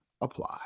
apply